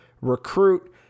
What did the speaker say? recruit